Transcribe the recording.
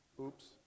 Oops